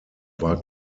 war